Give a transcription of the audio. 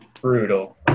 brutal